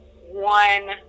one